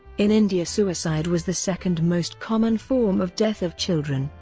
in india suicide was the second most common form of death of children,